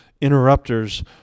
interrupters